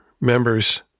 members